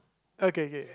okay okay